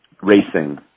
racing